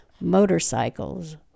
Motorcycles